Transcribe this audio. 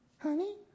Honey